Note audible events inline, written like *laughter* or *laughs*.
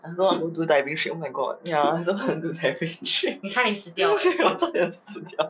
I also wanna go do diving shit oh my god ya *laughs* I also wanna go do diving *laughs* and shit *laughs* 对我差一点死掉 *laughs*